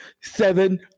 Seven